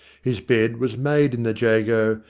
his bed was made in the jago,